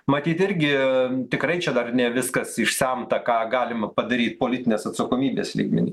matyt irgi tikrai čia dar ne viskas išsemta ką galima padaryt politinės atsakomybės lygmeny